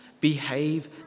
behave